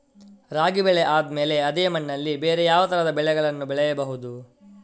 ರಾಗಿ ಬೆಳೆ ಆದ್ಮೇಲೆ ಅದೇ ಮಣ್ಣಲ್ಲಿ ಬೇರೆ ಯಾವ ತರದ ಬೆಳೆಗಳನ್ನು ಬೆಳೆಯಬಹುದು?